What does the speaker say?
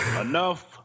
enough